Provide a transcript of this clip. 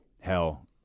hell